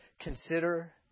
consider